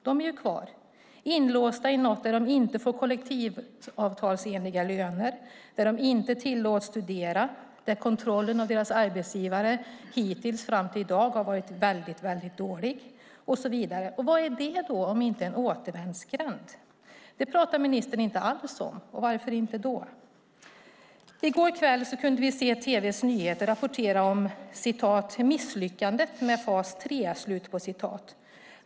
De är ju kvar, inlåsta i något där de inte får kollektivavtalsenliga löner, där de inte tillåts studera, där kontrollen av deras arbetsgivare fram till i dag har varit väldigt dålig och så vidare. Vad är det om inte en återvändsgränd? Det pratar ministern inte alls om. Varför inte? I går kväll kunde vi i tv:s nyheter höra rapporteringen om misslyckandet med fas 3.